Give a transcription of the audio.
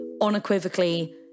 unequivocally